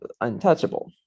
untouchable